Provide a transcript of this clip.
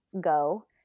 go